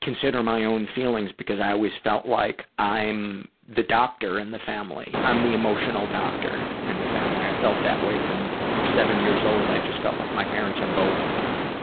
consider my own feelings because i always felt like i'm the doctor in the family i'm the emotional doctor in the family. i felt that way from seven years old i just felt like my parents are both